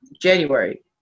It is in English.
January